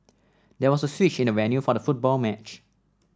there was a switch in the venue for the football match